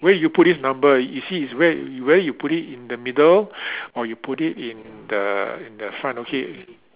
where do you put this number you see is where where you put it in the middle or you put in the in the front okay